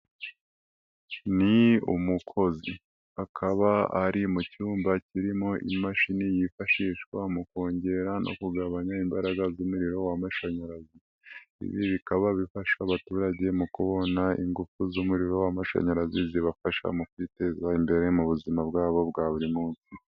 Ni umukozi akaba ari mu cyumba kirimo imashini yifashishwa mu kongera no kugabanya imbaraga z'umuriro w'amashanyarazi, ibi bikaba bifasha abaturage mu kubona ingufu z'umuriro w'amashanyarazi zibafasha mu kwiteza imbere mu buzima bwabo bwa buri munsi.